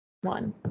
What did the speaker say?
one